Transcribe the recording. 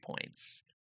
points